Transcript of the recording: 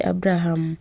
Abraham